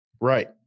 Right